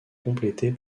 complétées